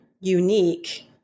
unique